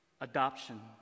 Adoption